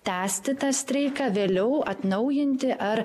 tęsti tą streiką vėliau atnaujinti ar